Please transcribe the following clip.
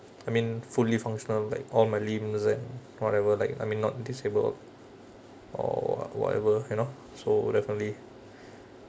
I mean fully functional like all my limbs and whatever like I mean not disabled or whatever you know so definitely